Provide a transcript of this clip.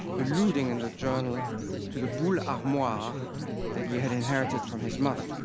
eluding in the journal to the bull armoire that he had inherited from his mother.